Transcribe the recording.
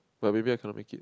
but maybe I cannot make it